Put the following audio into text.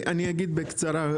אני אגיד בקצרה,